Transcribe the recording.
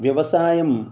व्यवसायं